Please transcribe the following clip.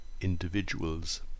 individual's